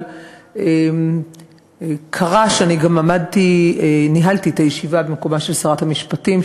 אבל קרה שאני גם ניהלתי את הישיבה במקומה של שרת המשפטים,